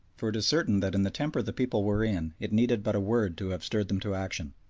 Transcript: for it is certain that in the temper the people were in it needed but a word to have stirred them to action.